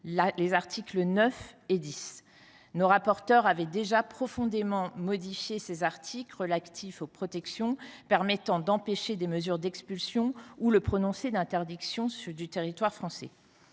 les articles 9 et 10. Nos rapporteurs avaient déjà profondément modifié ces articles relatifs aux protections permettant d’empêcher des mesures d’expulsion ou le prononcé d’une interdiction du territoire français.